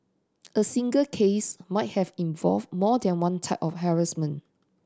a single case might have involved more than one type of harassment